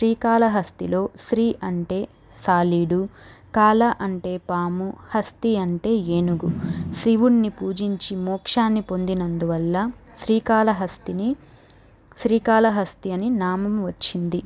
శ్రీకాళహస్తిలో శ్రీ అంటే సాలీడు కాలా అంటే పాము హస్తి అంటే ఏనుగు శివుణ్ణి పూజించి మోక్షాన్ని పొందినందువల్ల శ్రీకాళహస్తిని శ్రీకాళహస్తి అని నామం వచ్చింది